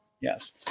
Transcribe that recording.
Yes